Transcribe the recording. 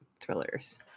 thrillers